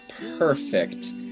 perfect